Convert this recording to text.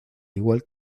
igual